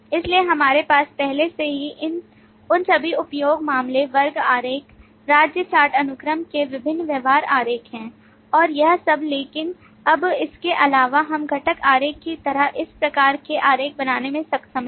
इसलिए हमारे पास पहले से ही उन सभी उपयोग मामले वर्ग आरेख राज्य चार्ट अनुक्रम के विभिन्न व्यवहार आरेख हैं और यह सब लेकिन अब इसके अलावा हम घटक आरेख की तरह इस प्रकार के आरेख बनाने में सक्षम हैं